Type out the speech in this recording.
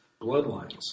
bloodlines